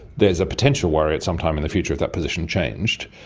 there's a potential worry at some time in the future if that position changed,